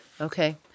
Okay